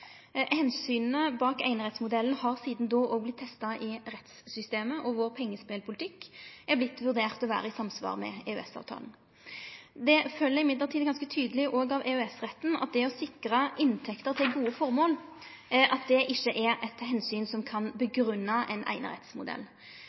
bak einerettsmodellen har sidan då òg vorte testa i rettssystemet, og vår pengespelpolitikk har vorte vurdert til å vere i samsvar med EØS-avtala. Det følgjer likevel ganske tydeleg òg av EØS-retten at det å sikre inntekter til gode formål ikkje er eit omsyn som kan